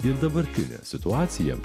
ir dabartinę situaciją